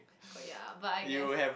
oh ya but I guess